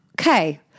okay